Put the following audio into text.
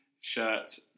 shirt